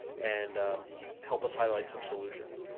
and help us highlight some solutions.